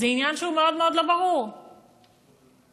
זה עניין שהוא לא ברור מאוד מאוד.